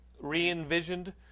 re-envisioned